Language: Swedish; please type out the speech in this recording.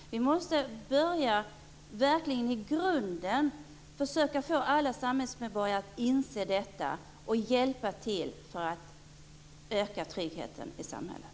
Om vi så skulle fördubbla antalet poliser i landet skulle det aldrig finnas tillräckligt med poliser för att rycka ut vid alla sammanhang. Vi måste börja verkligen i grunden och försöka få alla samhällsmedborgare att inse detta och hjälpa till för att öka tryggheten i samhället.